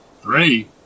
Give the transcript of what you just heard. Three